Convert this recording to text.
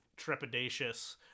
trepidatious